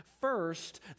First